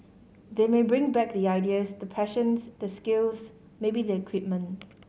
they may bring back the ideas the passions the skills maybe the equipment